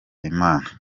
imana